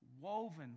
woven